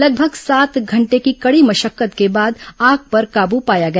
लगभग सात घंटे की कड़ी मशक्कत के बाद आग पर काबू पाया गया